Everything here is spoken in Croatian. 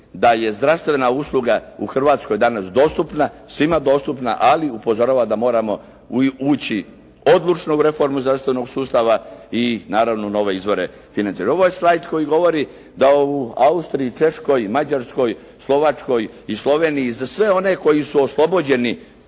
da je zdravstvena usluga u Hrvatskoj danas dostupna, svima dostupna ali upozorava da moramo ući odlučno u reformu zdravstvenog sustava i naravno nove izvore financiranja. Ovo je slajd koji govori da u Austriji, Češkoj, Mađarskoj, Slovačkoj i Sloveniji za sve one koji su oslobođeni